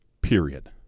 period